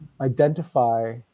identify